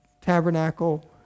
tabernacle